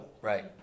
Right